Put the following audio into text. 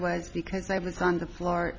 was because i was on the floor